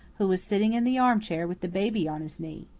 who was sitting in the armchair with the baby on his knee.